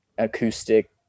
Acoustic